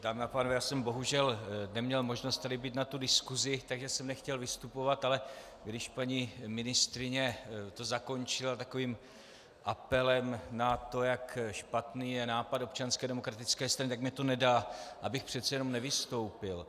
Dámy a pánové, já jsem bohužel neměl možnost tady být na diskusi, také jsem nechtěl vystupovat, ale když paní ministryně to zakončila takovým apelem na to, jak špatný je nápad Občanské demokratické strany, tak mi to nedá, abych přece jenom nevystoupil.